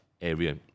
area